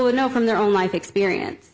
would know from their own life experience